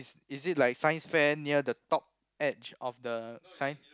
is is it like Science fair near the top edge of the sign